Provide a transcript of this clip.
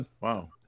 Wow